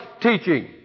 teaching